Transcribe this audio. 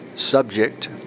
subject